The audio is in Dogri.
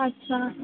अच्छा